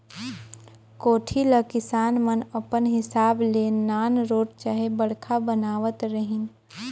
कोठी ल किसान मन अपन हिसाब ले नानरोट चहे बड़खा बनावत रहिन